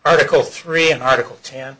article three an article t